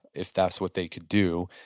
if that's what they could do,